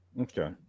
Okay